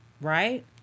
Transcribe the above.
right